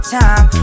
time